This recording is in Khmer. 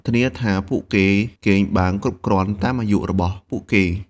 ធានាថាពួកគេគេងបានគ្រប់គ្រាន់តាមអាយុរបស់ពួកគេ។